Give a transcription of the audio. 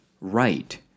right